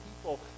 people